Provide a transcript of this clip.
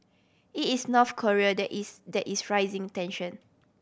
it is North Korea that is that is raising tension